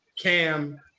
Cam